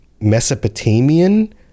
Mesopotamian